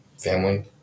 family